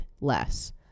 less